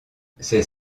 ces